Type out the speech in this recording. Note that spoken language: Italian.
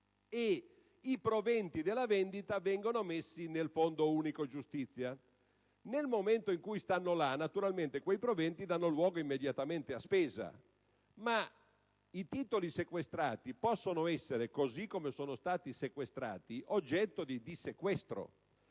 i proventi della vendita vengono messi nel Fondo unico giustizia. Nel momento in cui stanno là, quei proventi danno luogo immediatamente a spesa, ma i titoli sequestrati possono essere, così come sono stati sequestrati, oggetto di dissequestro.